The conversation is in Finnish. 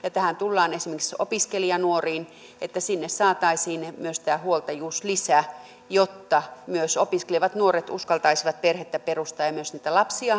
tässä tullaan esimerkiksi opiskelijanuoriin että sinne saataisiin myös tämä huoltajuuslisä jotta myös opiskelevat nuoret uskaltaisivat perhettä perustaa ja myös niitä lapsia